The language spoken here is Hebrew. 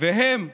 והם,